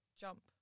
jump